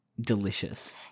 delicious